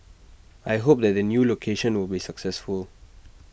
I hope that the new location will be successful